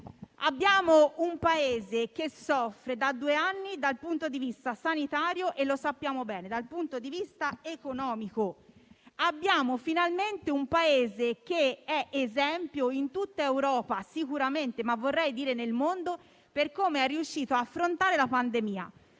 Abbiamo un Paese che soffre da due anni dal punto di vista sanitario, come sappiamo bene, e dal punto di vista economico; abbiamo finalmente un Paese che è sicuramente esempio in tutta Europa (ma vorrei dire nel mondo) per come è riuscito ad affrontare la pandemia.